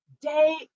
day